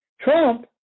trump